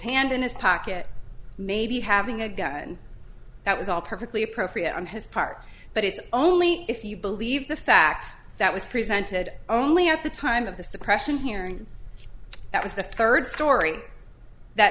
hand in his pocket maybe having a gun and that was all perfectly appropriate on his part but it's only if you believe the fact that was presented only at the time of the suppression hearing that was the third story that